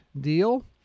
deal